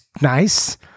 nice